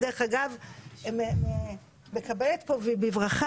אני מקבלת בברכה